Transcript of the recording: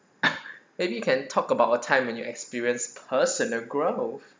maybe you can talk about a time when you experience personal growth